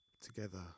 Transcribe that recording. together